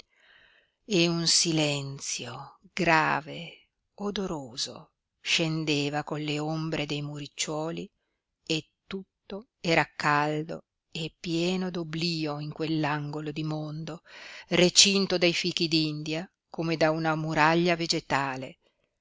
fave e un silenzio grave odoroso scendeva con le ombre dei muricciuoli e tutto era caldo e pieno d'oblio in quell'angolo di mondo recinto dai fichi d'india come da una muraglia vegetale